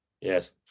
Yes